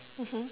mmhmm